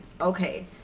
Okay